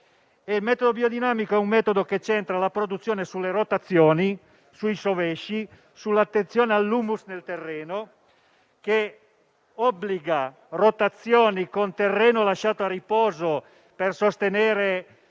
Il metodo biodinamico centra la produzione sulle rotazioni, sui sovesci e sull'attenzione all'*humus* nel terreno, obbliga rotazioni con terreno lasciato a riposo per sostenere